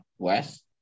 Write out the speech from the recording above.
west